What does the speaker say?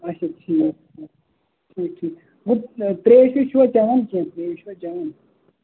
اَچھا ٹھیٖک ٹھیٖک ٹھیٖک ٹھیٖک گَو ترٛیش ویش چھِوا چٮ۪وان کیٚنٛہہ ترٛیش چھِوا چٮ۪وان